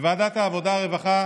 בוועדת העבודה, הרווחה